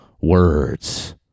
words